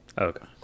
okay